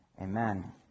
Amen